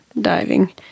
diving